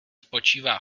spočívá